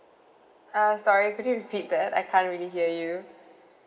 uh sorry could you repeat that I can't really hear you